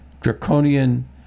draconian